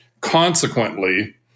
Consequently